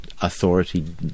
authority